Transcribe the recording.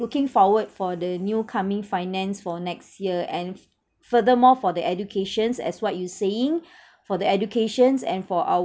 looking forward for the new coming finance for next year and furthermore for the educations as what you saying for the educations and for our